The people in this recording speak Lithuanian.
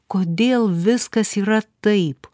kodėl viskas yra taip